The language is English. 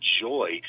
joy